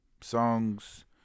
Songs